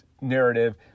narrative